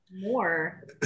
more